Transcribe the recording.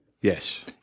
Yes